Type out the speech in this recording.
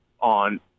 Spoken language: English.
on